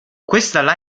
questa